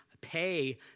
pay